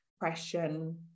depression